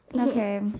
Okay